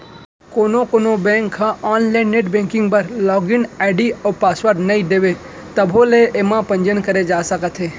कोनो कोनो बेंक ह आनलाइन नेट बेंकिंग बर लागिन आईडी अउ पासवर्ड नइ देवय तभो ले एमा पंजीयन करे जा सकत हे